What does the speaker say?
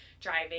driving